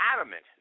adamant